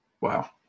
Wow